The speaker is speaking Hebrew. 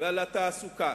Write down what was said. ועל התעסוקה.